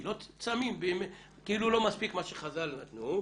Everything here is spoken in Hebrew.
האם מה שאושר זה באמת מה שמקבלים והאם מה שביקשו מהם לשלם זה